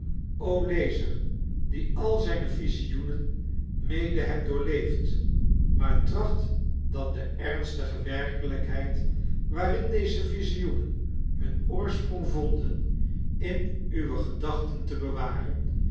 lezer die al zijne visioenen mede hebt doorleefd maar tracht dan de ernstige werkelijkheid waarin deze visioenen hun oorsprong vonden in uwe gedachten te bewaren